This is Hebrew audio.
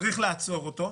צריך לעצור אותו,